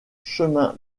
chemin